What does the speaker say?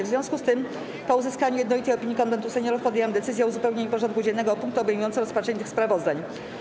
W związku z tym, po uzyskaniu jednolitej opinii Konwentu Seniorów, podjęłam decyzję o uzupełnieniu porządku dziennego o punkty obejmujące rozpatrzenie tych sprawozdań.